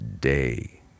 day